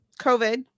COVID